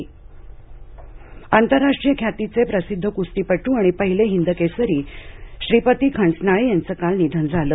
श्रीपती खंचनाळे निधन आंतरराष्ट्रीय ख्यातीचे प्रसिद्ध क्स्तीपट्र आणि पहिले हिंदकेसरी श्रीपती खंचनाळे यांचं काल निधन झालं